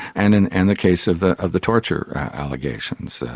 and in and the case of the of the torture allegations, the